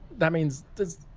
that means there's